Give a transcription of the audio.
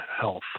health